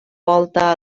volta